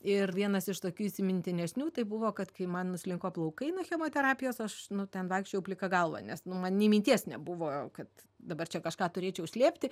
ir vienas iš tokių įsimintinesnių tai buvo kad kai man nuslinko plaukai nuo chemoterapijos aš ten vaikščiojau plika galva nes nu man nei minties nebuvo kad dabar čia kažką turėčiau slėpti